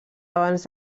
abans